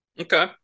Okay